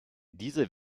diese